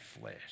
flesh